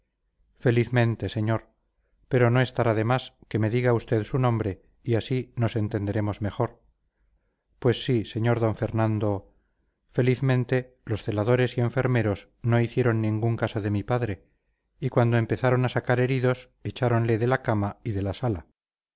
felizmente señor pero no estará de más que me diga usted su nombre y así nos entenderemos mejor pues sí sr d fernando felizmente los celadores y enfermeros no hicieron ningún caso de mi padre y cuando empezaban a sacar heridos echáronle de la cama y de la sala